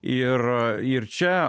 ir ir čia